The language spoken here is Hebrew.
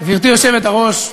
גברתי היושבת-ראש,